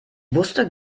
wusste